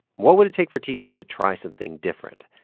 what would it take for teachers to try something different?